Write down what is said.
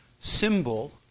symbol